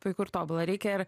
puiku ir tobula reikia ir